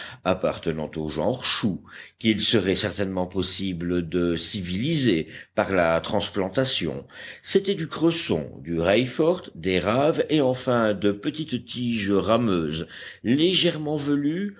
appartenant au genre chou qu'il serait certainement possible de civiliser par la transplantation c'étaient du cresson du raifort des raves et enfin de petites tiges rameuses légèrement velues